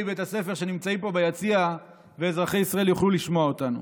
בית הספר שנמצאים ביציע ואזרחי ישראל יוכלו לשמוע אותנו.